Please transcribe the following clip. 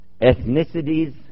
ethnicities